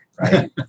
right